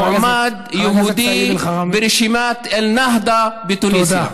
מועמד יהודי ברשימת א-נהדא בתוניסיה.